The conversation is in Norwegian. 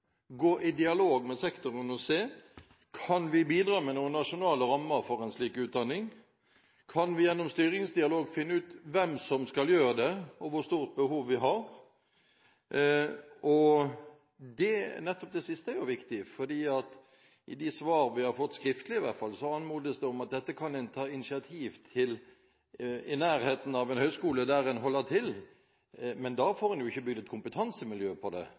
gå i dialog med sektoren og se om vi kan bidra med noen nasjonale rammer for en slik utdanning. Kan vi gjennom styringsdialog finne ut hvem som skal gjøre det, og hvor stort behov vi har? Nettopp det siste er jo viktig, fordi i de svar vi har fått skriftlig i hvert fall, anmodes det om at dette kan en ta initiativ til i nærheten av en høyskole der en holder til, men da får en jo ikke bygd et kompetansemiljø for det.